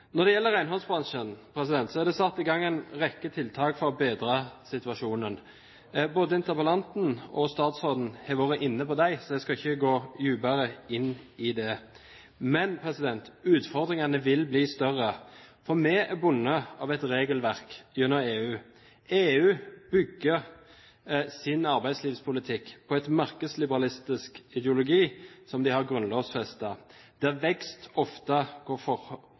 Når det gjelder renholdsbransjen, er det satt i gang en rekke tiltak for å bedre situasjonen. Både interpellanten og statsråden har vært inne på dem, så jeg skal ikke gå dypere inn i det. Men utfordringene vil bli større, for vi er bundet av et regelverk gjennom EU. EU bygger sin arbeidslivspolitikk på en markedsliberalistisk ideologi som de har grunnlovfestet, der vekst ofte går